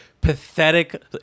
pathetic